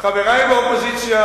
כבוד השר.